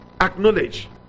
acknowledge